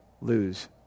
lose